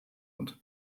und